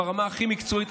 ברמה הכי מקצועית,